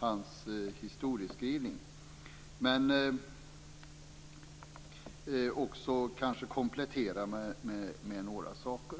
hans historieskrivning, men jag kan kanske också komplettera med några saker.